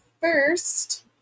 first